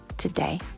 today